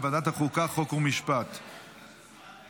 לוועדת החוקה, חוק ומשפט נתקבלה.